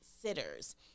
sitters